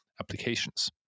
applications